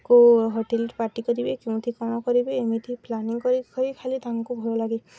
କେଉଁ ହୋଟେଲ୍ରେ ପାର୍ଟି କରିବେ କେମିତି କ'ଣ କରିବେ ଏମିତି ପ୍ଲାନିଂ କରି କରି ଖାଲି ତାଙ୍କୁ ଭଲ ଲାଗେ